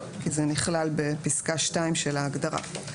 כי זה נכלל בפסקה 2 של ההגדרה.